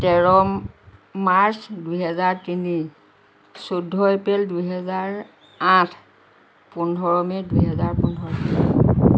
তেৰ মাৰ্চ দুহেজাৰ তিনি চৌধ্য এপ্ৰিল দুহেজাৰ আঠ পোন্ধৰ মে' দুহেজাৰ পোন্ধৰ